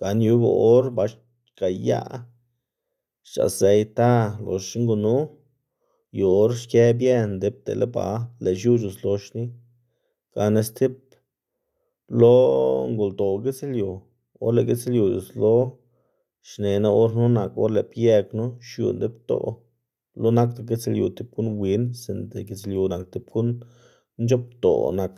gana yuga or ba xgaꞌya xc̲h̲azë ita loxna gunu yu or xkë bie ndip dele ba lëꞌ x̱u c̲h̲uslo xni. Gana stib lo ngoldoꞌ gitslyu or lëꞌ gitslyu c̲h̲uslo xnená or knu nak or lë bie knu xiu ndipdoꞌ lo nakda gitslyu tib guꞌn win sinda gitslyu nak tib guꞌn nc̲h̲oꞌbdoꞌ nak.